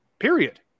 period